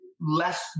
less